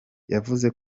yavuze